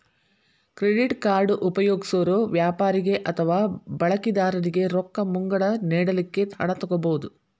credit card ಉಪಯೊಗ್ಸೊರು ವ್ಯಾಪಾರಿಗೆ ಅಥವಾ ಬಳಕಿದಾರನಿಗೆ ರೊಕ್ಕ ಮುಂಗಡ ನೇಡಲಿಕ್ಕೆ ಹಣ ತಕ್ಕೊಬಹುದು